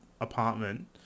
apartment